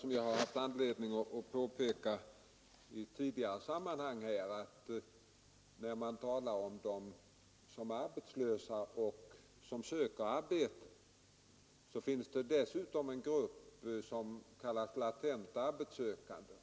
Som jag haft anledning påpeka i annat sammanhang talar man om de arbetslösa och om dem som söker arbete, men det finns ytterligare en grupp människor som kallas latenta arbetssökande.